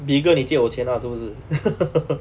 bigger 你借我钱 lah 是不是